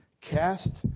Cast